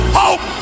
hope